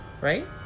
right